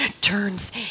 turns